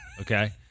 Okay